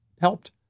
helped